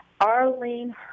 Arlene